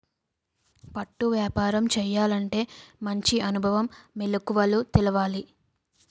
పట్టు వ్యాపారం చేయాలంటే మంచి అనుభవం, మెలకువలు తెలవాలి